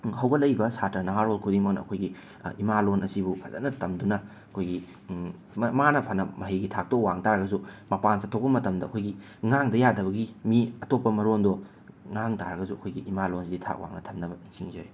ꯍꯧꯒꯠꯂꯏꯕ ꯁꯥꯇ꯭ꯔ ꯅꯍꯥꯔꯣꯜ ꯈꯨꯗꯤꯡꯃꯛꯅ ꯑꯩꯈꯣꯏꯒꯤ ꯏꯃꯥꯂꯣꯟ ꯑꯁꯤꯕꯨ ꯐꯖꯅ ꯇꯝꯗꯨꯅ ꯑꯩꯈꯣꯏꯒꯤ ꯃꯥ ꯃꯥꯅ ꯐꯅ ꯃꯍꯩꯒꯤ ꯊꯥꯛꯇꯣ ꯋꯥꯡ ꯇꯥꯔꯒꯁꯨ ꯃꯄꯥꯟ ꯆꯠꯊꯣꯛꯄ ꯃꯇꯝꯗ ꯑꯩꯈꯣꯏꯒꯤ ꯉꯥꯡꯗ ꯌꯥꯗꯕꯒꯤ ꯃꯤ ꯑꯇꯣꯞꯄ ꯃꯔꯣꯟꯗꯣ ꯉꯥꯡ ꯇꯥꯔꯒꯁꯨ ꯑꯩꯈꯣꯏꯒꯤ ꯏꯃꯥ ꯂꯣꯟꯁꯦ ꯊꯥꯛ ꯋꯥꯡꯅ ꯊꯝꯅꯕ ꯅꯤꯡꯁꯤꯡꯖꯔꯤ